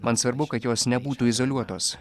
man svarbu kad jos nebūtų izoliuotos